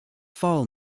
fall